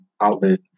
outlet